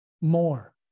more